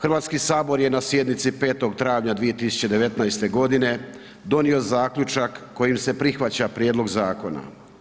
Hrvatski sabor je na sjednici 5. travnja 2019. g. donio zaključak kojim se prihvaća prijedlog zakona.